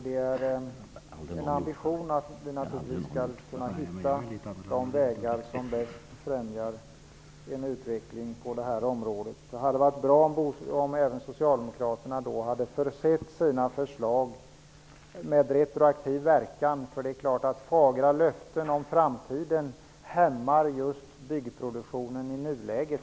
Det är en ambition att vi skall kunna hitta de vägar som bäst främjar en utveckling på det här området. Det hade varit bra om även Socialdemokraterna hade försett sina förslag med retroaktiv verkan. Fagra löften om framtiden hämmar helt klart byggproduktionen i nuläget.